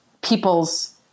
people's